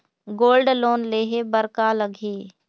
Gold loan लेहे बर का लगही?